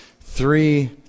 three